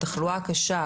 התחלואה הקשה,